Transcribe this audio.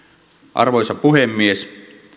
arvoisa puhemies